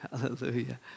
Hallelujah